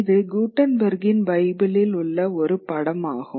இது குட்டன்பெர்க்கின் பைபிளில் உள்ள ஒரு படம் ஆகும்